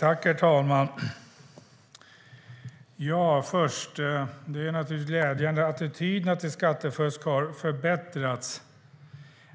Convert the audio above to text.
Herr talman! Det är naturligtvis glädjande att attityderna till skattefusk har förbättrats.